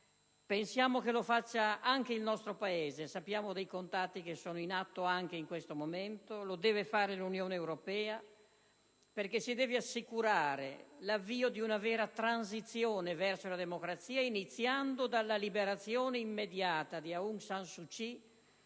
pensiamo che debbano farlo anche il nostro Paese - e sappiamo dei contatti che sono in atto anche in questo momento - e l'Unione europea. Occorre assicurare l'avvio di una vera transizione verso la democrazia, iniziando dalla liberazione immediata di Aung San Suu Kyi